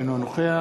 אינו נוכח